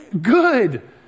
good